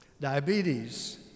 Diabetes